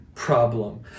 problem